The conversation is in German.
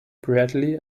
bradley